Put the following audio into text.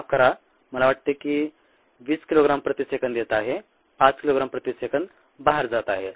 माफ करा मला वाटते की हे 20 किलोग्राम प्रति सेकंद येत आहे 5 किलोग्राम प्रति सेकंद बाहेर जात आहे